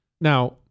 Now